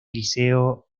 liceo